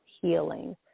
healing